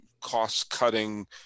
cost-cutting